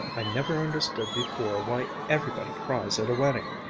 i never understood before why everybody cries at a wedding.